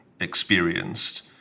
Experienced